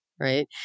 right